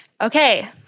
Okay